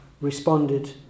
responded